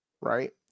Right